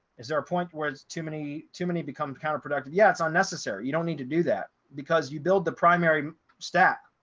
is there a point where it's too many too many become counterproductive? yeah, it's unnecessary. you don't need to do that because you build the primary stack,